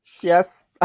Yes